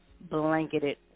blanketed